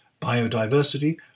Biodiversity